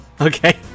okay